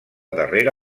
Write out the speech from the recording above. darrere